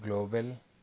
global